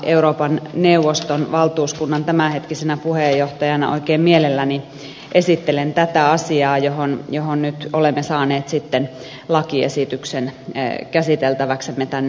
euroopan neuvoston valtuuskunnan tämänhetkisenä puheenjohtajana oikein mielelläni esittelen tätä asiaa johon nyt olemme saaneet lakiesityksen käsiteltäväksemme tänne eduskuntaan